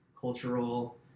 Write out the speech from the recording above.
cultural